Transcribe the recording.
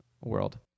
world